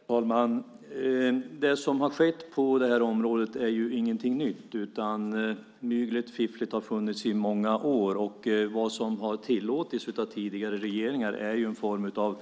Fru talman! Det som har skett på det här området är ju ingenting nytt. Myglet och fifflet har funnits i många år. Det som har tillåtits av tidigare regeringar är en form av